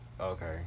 Okay